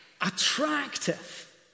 attractive